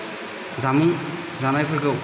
जामुं जानायफोरखौ